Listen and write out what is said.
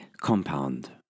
compound